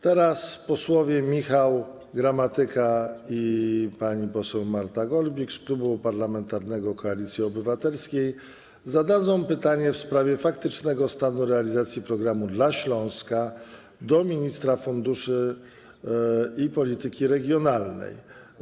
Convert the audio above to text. Teraz posłowie Michał Gramatyka i Marta Golbik z Klubu Parlamentarnego Koalicja Obywatelska zadadzą pytanie w sprawie faktycznego stanu realizacji programu dla Śląska ministrowi funduszy i polityki regionalnej.